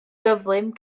gyflym